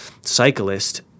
cyclist